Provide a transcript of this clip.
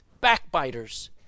backbiters